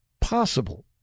possible